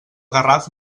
garraf